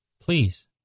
Please